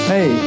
Hey